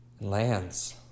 Lands